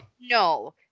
No